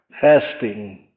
fasting